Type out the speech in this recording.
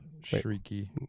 Shrieky